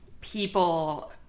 people –